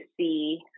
see